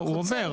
הוא עובר.